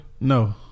No